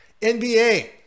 NBA